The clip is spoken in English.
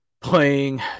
Playing